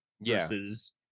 versus